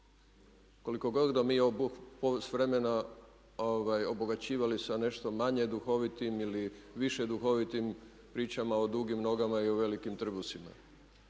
Koliko god ga mi s vremena obogaćivali sa nešto manje duhovitim ili više duhovitim pričama o dugim nogama i o velikim trbusima.